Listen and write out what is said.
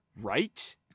Right